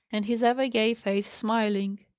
and his ever-gay face smiling.